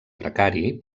precari